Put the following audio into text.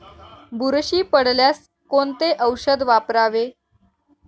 बुरशी पडल्यास कोणते औषध वापरावे?